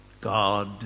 God